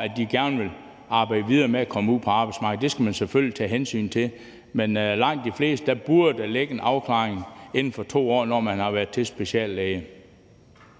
at de gerne vil arbejde videre med at komme ud på arbejdsmarkedet, og det skal man selvfølgelig tage hensyn til, men for langt de fleste burde der ligge en afklaring inden for 2 år, når man har været til speciallæge.